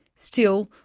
still,